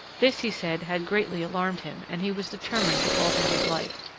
this he said had greatly alarmed him, and he was determined to alter his life.